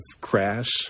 crash